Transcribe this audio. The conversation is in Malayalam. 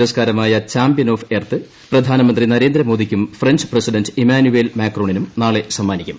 പുരസ്ക്കാരമായ ചാമ്പ്യൻ ഓഫ് എർത്ത് പ്രധാനമന്ത്രി നരേന്ദ്രമോദിക്കും ഫ്രഞ്ച് പ്രസിഡന്റ് ഇമ്മാനുവേൽ മാക്രോണിനും നാളെ സമ്മാനിക്കും